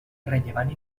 rellevant